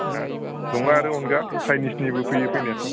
दा दङ आरो अनगा साइनिजनिबो फैयो फैनायाथ'